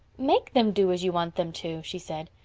make them do as you want them to, she said.